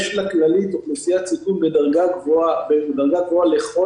יש לכללית אוכלוסיית סיכון בדרגה גבוהה לחולי,